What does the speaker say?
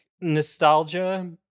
nostalgia